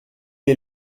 est